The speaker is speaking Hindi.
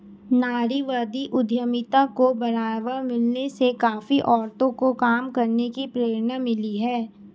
नारीवादी उद्यमिता को बढ़ावा मिलने से काफी औरतों को काम करने की प्रेरणा मिली है